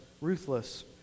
ruthless